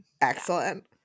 Excellent